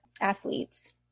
athletes